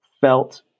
felt